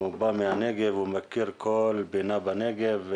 הוא בא מהנגב, הוא מכיר כל פינה בנגב,